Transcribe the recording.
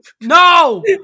No